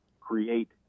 create